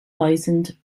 thousand